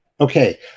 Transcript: Okay